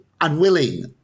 unwilling